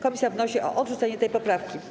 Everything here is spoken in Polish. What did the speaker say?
Komisja wnosi o odrzucenie tej poprawki.